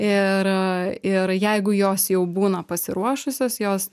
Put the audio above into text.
ir ir jeigu jos jau būna pasiruošusios jos